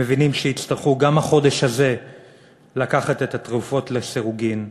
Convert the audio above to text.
הם מבינים שיצטרכו גם החודש הזה לקחת את התרופות לסירוגין.